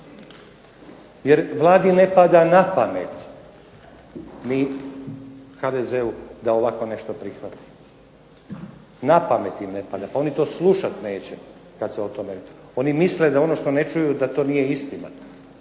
Jer Vladi ne pada na pamet ni HDZ-u da ovako nešto prihvati, na pamet im ne pada. Pa oni to slušat neće kad se o tome. Oni misle da ono što ne čuju da to nije istina.